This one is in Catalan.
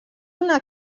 una